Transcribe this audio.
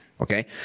Okay